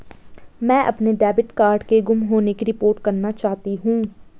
मैं अपने debit card के गुम होने की रिपोर्ट करना चाहती हूँ